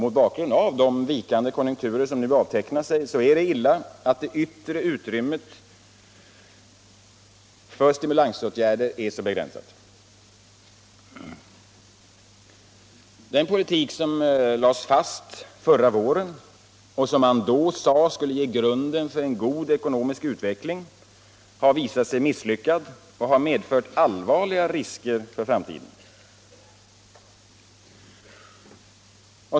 Mot bakgrund av de vikande konjunkturer som nu avtecknar sig är det illa att det yttre utrymmet för stimulansåtgärder är så begränsat. Den politik som lades fast förra våren och som då sades skulle bli grunden för en god ekonomisk utveckling har visat sig vara misslyckad och har medfört allvarliga risker för framtiden.